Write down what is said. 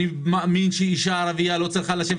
אני מאמין שאישה ערבייה לא צריכה לשבת